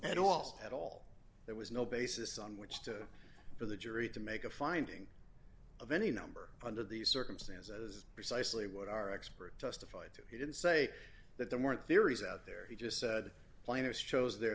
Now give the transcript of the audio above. bed all at all there was no basis on which to for the jury to make a finding of any number under these circumstances is precisely what our expert testified to he didn't say that there weren't theories out there he just said planners chose their